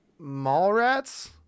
Mallrats